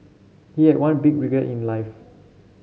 he had one big regret in life